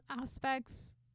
aspects